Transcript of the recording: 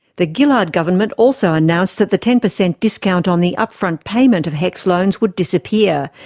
the gillard government also announced that the ten percent discount on the upfront payment of hecs loans would disappear,